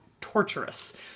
torturous